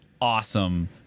awesome